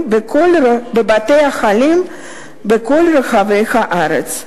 בבתי-החולים בכל רחבי הארץ.